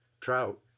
trout